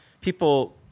people